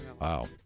wow